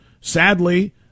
Sadly